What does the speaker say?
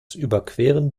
überqueren